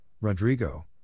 Rodrigo